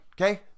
Okay